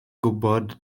gwybod